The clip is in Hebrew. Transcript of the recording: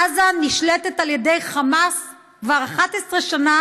עזה נשלטת על ידי חמאס כבר 11 שנה.